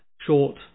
short